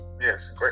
Yes